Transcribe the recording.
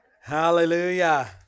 Hallelujah